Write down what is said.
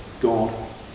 God